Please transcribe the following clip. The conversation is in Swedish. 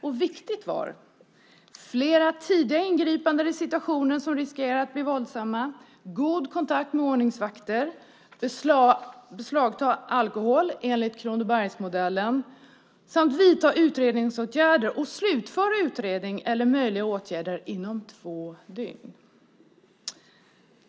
Viktigt var: Flera tidiga ingripanden i situationer som riskerar att bli våldsamma, god kontakt med ordningsvakter, att beslagta alkohol enligt Kronobergsmodellen samt att vidta utredningsåtgärder och slutföra utredning eller möjliga åtgärder inom två dygn.